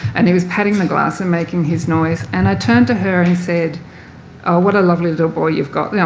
and he was patting the glass and making his noise. and i turned to her and said what a lovely little boy you've got.